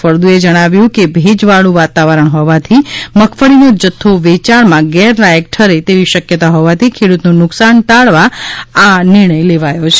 ફળદુએ જણાવ્યુ છે કે ભેજવાળુ વાતાવરણ હોવાથી મગફળીનો જથ્થો વેચાણમાં ગેરલાયક ઠરે તેવી શક્યતા હોવાથી ખેડ્રતનું નુકસાન ટાળવા આ નિર્ણય લેવાયો છે